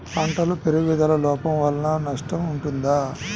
పంటల పెరుగుదల లోపం వలన నష్టము ఉంటుందా?